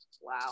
Wow